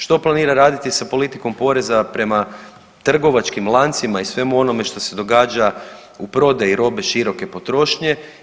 Što planira raditi sa politikom poreza prema trgovačkim lancima i svemu onome što se događa u prodaji robe široke potrošnje.